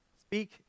Speak